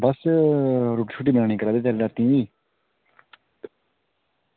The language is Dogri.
बस रुट्टी बनानी रातीं दी